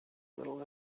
little